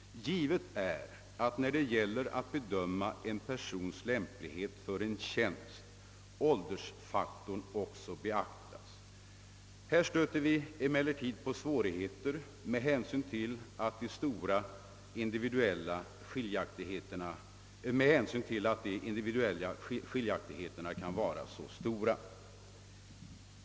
Givet är att åldersfaktorn också måste beaktas vid bedömandet av en persons lämplighet för en tjänst. Här stöter man emellertid på svårigheter med hänsyn till att de individuella skiljaktigheterna kan vara så stora.